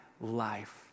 life